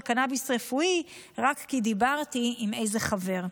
קנביס רפואי רק כי דיברתי עם איזה חבר.